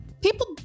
People